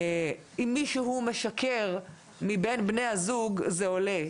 אם מישהו משקר מבין בני הזוג זה עולה.